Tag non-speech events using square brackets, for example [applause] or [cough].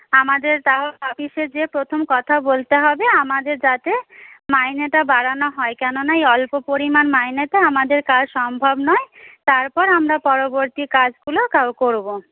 আমাদের তাও অফিসে গিয়ে প্রথম কথা বলতে হবে আমাদের যাতে মাইনেটা বাড়ানো হয় কেননা এই অল্প পরিমাণ মাইনেতে আমাদের কাজ সম্ভব নয় তারপর আমরা পরবর্তী কাজগুলো [unintelligible] করব